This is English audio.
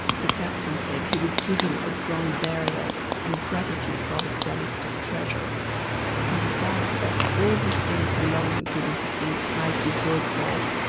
the captain said he would give him a grand burial, in gratitude for the promised treasure and desired that all the things belonging to the deceased might be brought forth.